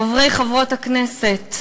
חברי וחברות הכנסת,